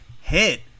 hit